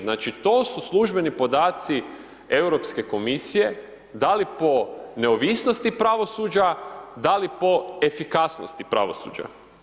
Znači, to su službeni podaci Europske komisije, da li po neovisnosti pravosuđa, da li po efikasnosti pravosuđa.